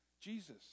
jesus